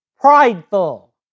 prideful